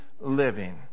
living